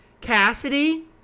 Cassidy